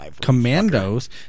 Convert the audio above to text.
Commandos